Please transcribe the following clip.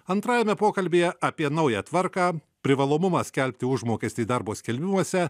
antrajame pokalbyje apie naują tvarką privalomumas skelbti užmokestį darbo skelbimuose